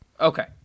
Okay